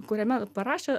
kuriame parašė